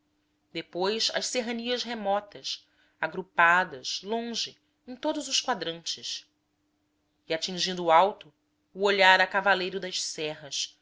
depois as serranias remotas agrupadas longe em todos os quadrantes e atingindo o alto o olhar a cavaleiro das serras